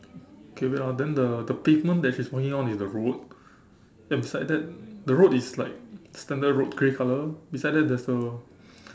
okay wait ah then the the pavement that she's walking on is the road then beside that the road is like standard road grey colour beside that there's a